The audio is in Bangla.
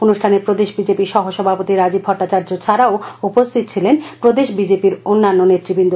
অনুষ্ঠানে প্রদেশ বিজেপি সহ সভাপতি রাজীব ভট্টাচার্য ছাডাও উপস্হিত ছিলেন প্রদেশ বিজেপির অন্যান্য নেতৃবৃন্দ